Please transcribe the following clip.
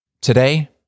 Today